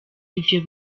ivyo